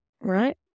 right